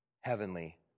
heavenly